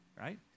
right